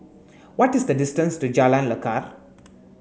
what is the distance to Jalan Lekar